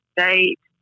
State